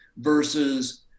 Versus